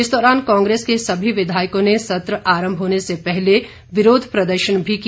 इस दौरान कांग्रेस के सभी विधायकों ने सत्र आरंभ होने से पहले विरोध प्रदर्शन भी किया